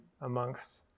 amongst